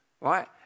right